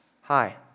Hi